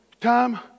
time